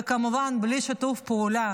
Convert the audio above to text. וכמובן, בלי שיתוף פעולה